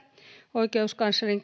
oikeuskanslerin